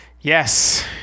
yes